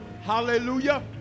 Hallelujah